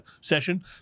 session